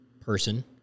person